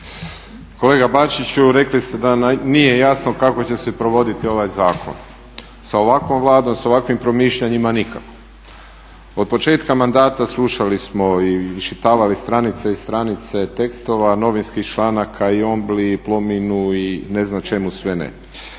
Kolega Bačiću, rekli ste da vam nije jasno kako će se provoditi ovaj zakon, sa ovakvom Vladom, sa ovakvim promišljanjima nikako. Od početka mandata slušali smo i iščitavali stranice i stranice tekstova, novinskih članaka i Ombli i Plominu i ne znam čemu sve ne.